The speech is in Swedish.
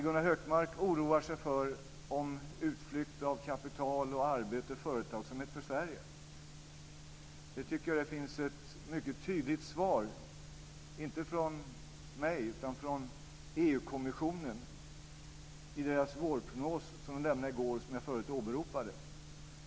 Gunnar Hökmark oroar sig för utflyttning av kapital, arbete och företagsamhet från Sverige. Jag tycker att det finns ett mycket tydligt svar på det, inte från mig utan från EU-kommissionen i deras vårprognos som de lämnade i går och som jag förut åberopade.